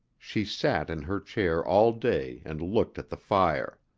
she sat in her chair all day and looked at the fire.